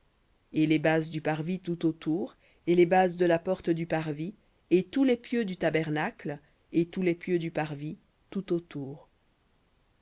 et les bases du parvis tout autour et les bases de la porte du parvis et tous les pieux du tabernacle et tous les pieux du parvis tout autour